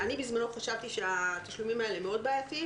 אני בזמנו חשבתי שהתשלומים האלה בעייתיים